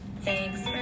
Thanks